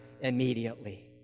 immediately